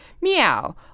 Meow